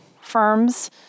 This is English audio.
firms